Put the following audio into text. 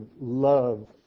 love